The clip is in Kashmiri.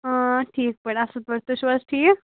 آ ٹھیٖک پٲٹھۍ اَصٕل پٲٹھۍ تُہۍ چھِو حظ ٹھیٖک